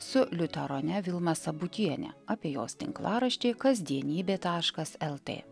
su liuterone vilma sabutiene apie jos tinklaraštį kasdienybė tašas lt